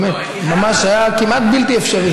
באמת, ממש, היה כמעט בלתי אפשרי.